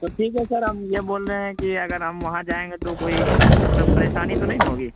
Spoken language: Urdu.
تو ٹھیک ہے سر ہم یہ بول رہے ہیں کہ اگر ہم وہاں جائیں گے تو کوئی مطلب پریشانی تو نہیں نا ہوگی